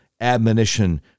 admonition